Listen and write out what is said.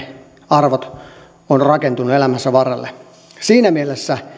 arvot ovat rakentuneet elämän varrelle siinä mielessä